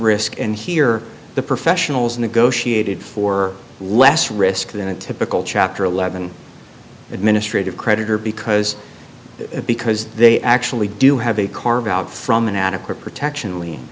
risk and here the professionals negotiated for less risk than a typical chapter eleven administrative creditor because because they actually do have a carve out from an adequate protection